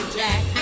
jack